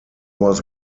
was